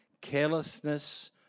carelessness